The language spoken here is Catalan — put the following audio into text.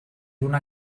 una